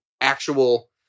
actual